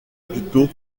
plutôt